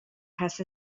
has